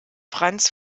franz